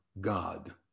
God